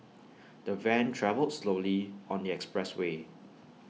the van travelled slowly on the expressway